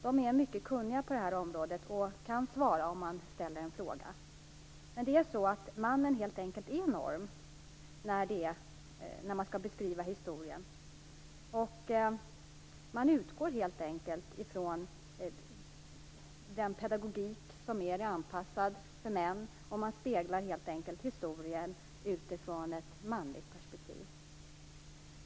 De är mycket kunniga på det här området och kan svara om man ställer en fråga. Det är helt enkelt så att mannen är norm när man skall beskriva historien. Man utgår helt enkelt från en pedagogik som är mer är anpassad för män, och man speglar historien utifrån ett manligt perspektiv.